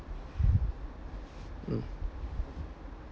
mm